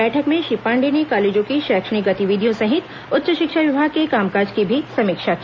बैठक में श्री पांडेय ने कॉलेजों की शैक्षणिक गतिविधियों सहित उच्च शिक्षा विभाग के कामकाज की भी समीक्षा की